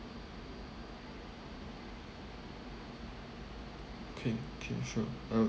okay okay sure I'll